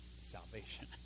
salvation